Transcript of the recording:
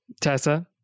Tessa